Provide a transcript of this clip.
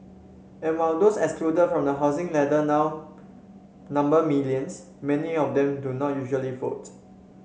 and while those excluded from the housing ladder now number millions many of them do not usually vote